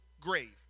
grave